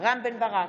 רם בן ברק,